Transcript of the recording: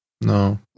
No